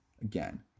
Again